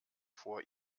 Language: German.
vor